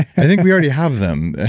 i think we already have them.